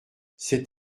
cet